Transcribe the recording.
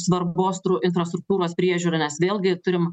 svarbos infrastruktūros priežiūrą nes vėlgi turim